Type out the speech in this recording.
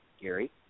Gary